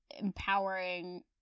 empowering